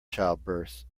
childbirths